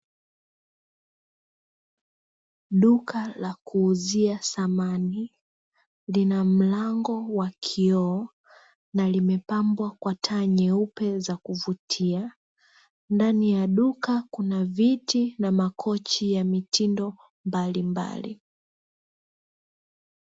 Duka la kuuzia samani, lina mlango wa kioo na limepambwa kwa taa nyeupe za kuvutia. Ndani ya duka kuna viti na makochi ya mitindo mbalimbali.